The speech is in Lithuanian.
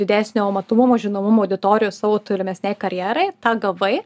didesnio matomumo žinomumo auditorijos savo tolimesnei karjerai tą gavai